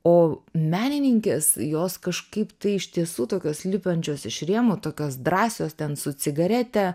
o menininkės jos kažkaip tai iš tiesų tokios lipančios iš rėmų tokios drąsios ten su cigarete